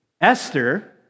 Esther